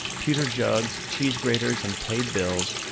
pewter jugs, cheese-graters, and paid bills,